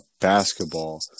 basketball